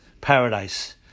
paradise